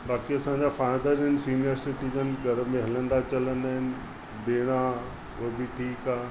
बाक़ी असांजा फ़ादर आहिनि सीनियर सिटीज़न घर में हलंदा चलंदा आहिनि भेण आहे उहा बि ठीकु आहे